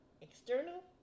external